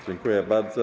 Dziękuję bardzo.